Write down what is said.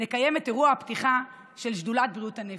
נקיים את אירוע הפתיחה של שדולת בריאות הנפש.